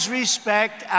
respect